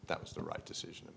that was the right decision